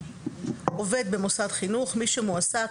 "עובד במוסד חינוך"- מי שמועסק,